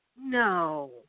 no